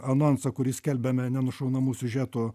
anonsą kurį skelbiame nenušaunamų siužetų